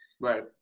Right